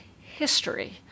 history